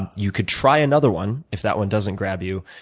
and you could try another one if that one doesn't grab you,